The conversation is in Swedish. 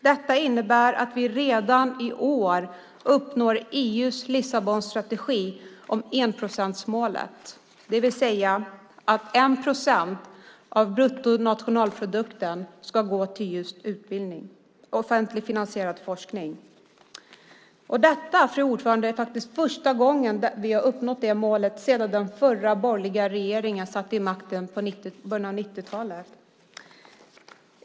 Det innebär att vi redan i år uppnår EU:s Lissabonstrategi om enprocentsmålet, det vill säga att 1 procent av bruttonationalprodukten ska gå till utbildning och offentligt finansierad forskning. Det är faktiskt första gången vi har uppnått det målet sedan den förra borgerliga regeringen satt vid makten i början på 1990-talet.